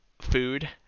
food